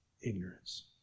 ignorance